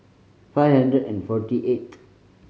five hundred and forty eighth